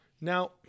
now